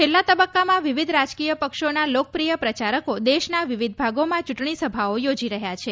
છેલ્લા તબકકામાં વિવિધ રાજકીય પક્ષોના લોકપ્રિય પ્રચારકો દેશના વિવિધ ભાગોમાં ચુંટણી સભાઓ યોજી રહયાં છે